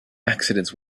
accidents